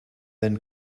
then